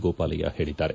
ಗೋಪಾಲಯ್ನ ಹೇಳಿದ್ದಾರೆ